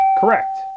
Correct